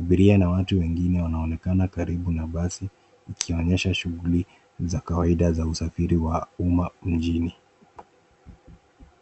Abiria na watu wengine wanaonekana karibu na basi ikionyesha shughuli za kawaida za usafiri wa umma mjini.